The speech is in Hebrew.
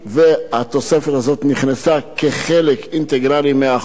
והתוספת הזאת נכנסה כחלק אינטגרלי של החוק,